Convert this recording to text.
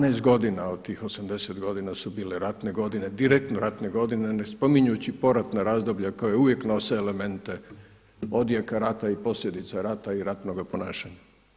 12 godina od tih 80 godina su bile ratne godine, direktno ratne godine ne spominjući poratna razdoblja koja uvijek nose elemente odjeka rata i posljedica rata i ratnoga ponašanja.